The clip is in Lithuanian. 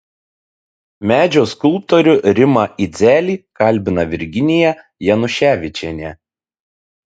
medžio skulptorių rimą idzelį kalbina virginija januševičienė